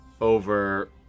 over